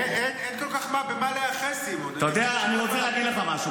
כשאני אבוא לנאומים?